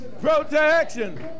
Protection